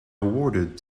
awarded